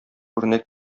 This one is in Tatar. үрнәк